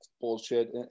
bullshit